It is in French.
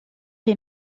est